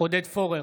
עודד פורר,